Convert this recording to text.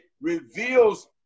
reveals